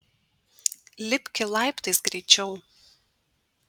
lipki laiptais greičiau